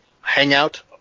hangout